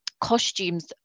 costumes